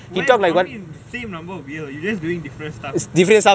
where got I mean same number of years you just doing different stuff is it